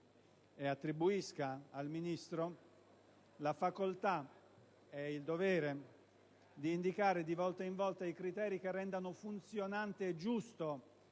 ed attribuisca al Ministro la facoltà e il dovere di indicare di volta in volta i criteri che rendano funzionante e giusto